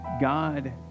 God